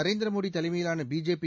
நரேந்திரமோடி தலைமையிலான பிஜேபி